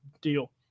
deal